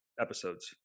episodes